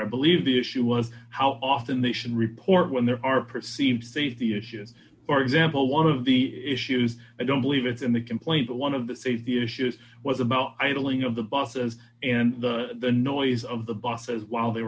i believe the issue was how often they should report when there are perceived safety issues for example one of the issues i don't believe is in the complaint but one of the safety issues was about idling of the busses and the noise of the busses while they